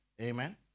Amen